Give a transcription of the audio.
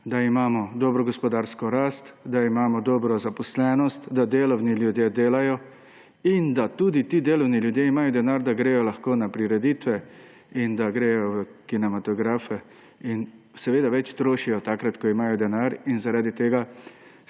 da imamo dobro gospodarsko rast, da imamo dobro zaposlenost, da delovni ljudje delajo in da tudi ti delovni ljudje imajo denar, da gredo lahko na prireditve in da gredo v kinematografe in seveda več trošijo takrat, ko imajo denar, in zaradi tega